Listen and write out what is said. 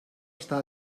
està